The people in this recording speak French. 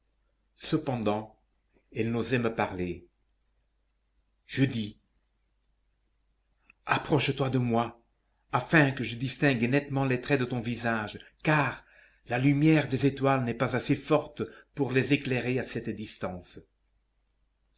cependant elle n'osait me parler je dis approche-toi de moi afin que je distingue nettement les traits de ton visage car la lumière des étoiles n'est pas assez forte pour les éclairer à cette distance